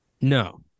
No